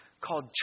called